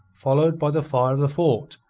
followed by the fire of the fort,